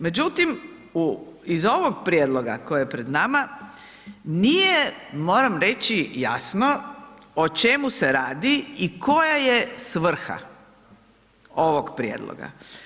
Međutim, u, iz ovog prijedloga koji je pred nama, nije, moram reći jasno, o čemu se radi i koja je svrha ovog prijedloga.